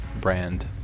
brand